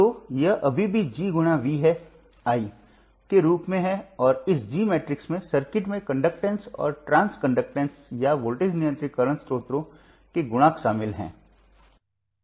तो यह अभी भी G × V है I के रूप में हैऔर इस G मैट्रिक्स में सर्किट में कंडक्टैंस और ट्रांस कंडक्टैंस या वोल्टेज नियंत्रित करंट स्रोतों के गुणांक शामिल हैं